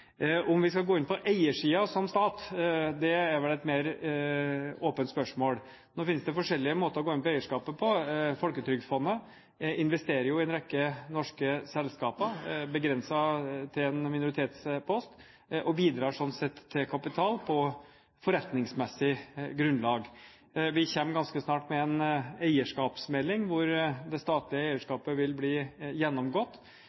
Om vi skal gå inn på eiersiden som stat, er vel et mer åpent spørsmål. Nå finnes det forskjellige måter å gå inn i eierskapet på. Folketrygdfondet investerer jo i en rekke norske selskaper, begrenset til en minoritetspost, og bidrar slik sett til kapital på forretningmessig grunnlag. Vi kommer ganske snart med en eierskapsmelding, hvor det statlige